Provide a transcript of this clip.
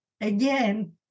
again